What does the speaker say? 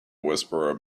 whisperer